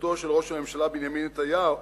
בתפיסתו של ראש הממשלה בנימין נתניהו,